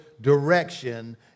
direction